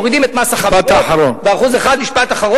מורידים את מס החברות ב-1% משפט אחרון.